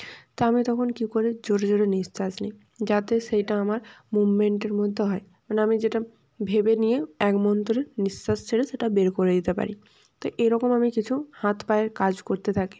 তো আমি তখন কি করি জোরে জোরে নিঃশ্বাস নিই যাতে সেইটা আমার মুভমেন্টের মধ্যে হয় মানে আমি যেটা ভেবে নিয়ে এক মন্তরে নিঃশ্বাস ছেড়ে সেটা বের করে দিতে পারি তো এরকম আমি কিছু হাত পায়ের কাজ করতে থাকি